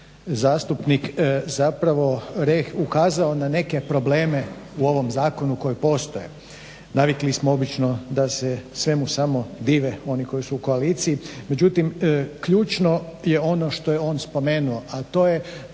zastupnik zapravo ukazao na neke probleme u ovom Zakonu koji postoje. Navikli smo obično da se svemu samo dive oni koji su u koaliciji. Međutim, ključno je ono što je on spomenuo, a to je